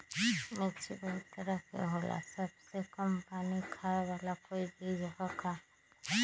मिर्ची बहुत तरह के होला सबसे कम पानी खाए वाला कोई बीज है का?